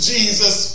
Jesus